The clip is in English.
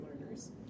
learners